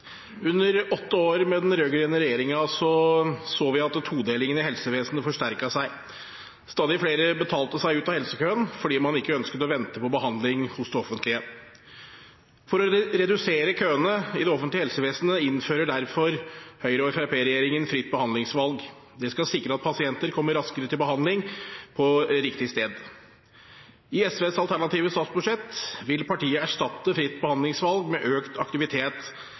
Under åtte år med den rød-grønne regjeringen så vi at todelingen i helsevesenet forsterket seg. Stadig flere betalte seg ut av helsekøen fordi man ikke ønsket å vente på behandling hos det offentlige. For å redusere køene i det offentlige helsevesenet innfører derfor Høyre–Fremskrittsparti-regjeringen fritt behandlingsvalg. Det skal sikre at pasienter kommer raskere til behandling på riktig sted. I SVs alternative statsbudsjett vil partiet erstatte fritt behandlingsvalg med økt aktivitet